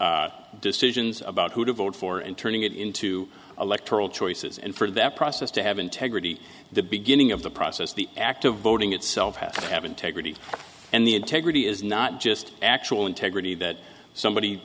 decisions about who to vote for and turning it into electoral choices and for that process to have integrity the beginning of the process the act of voting itself have to have integrity and the integrity is not just actual integrity that somebody